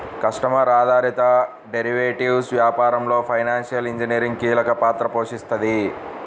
customer ఆధారిత derivatives వ్యాపారంలో financial engineering కీలక పాత్ర పోషిస్తుంది